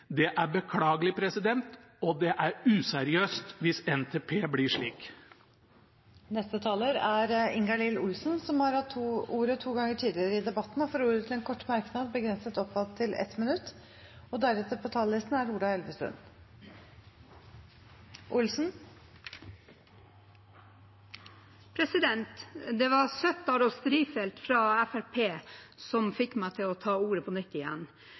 Det er beklagelig, og det er useriøst hvis NTP blir slik. Representanten Ingalill Olsen har hatt ordet to ganger tidligere i debatten og får ordet til en kort merknad, begrenset til 1 minutt. Det var representantene Søttar og Strifeldt fra Fremskrittspartiet som fikk meg til å ta ordet på nytt.